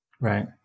Right